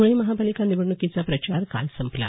धुळे महापालिका निवडणुकीचा प्रचार काल संपला